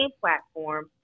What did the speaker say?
platform